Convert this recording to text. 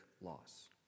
loss